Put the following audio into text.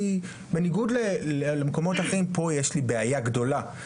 בניגוד למקומות האחרים פה יש לי בעיה גדולה,